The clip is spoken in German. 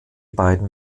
beiden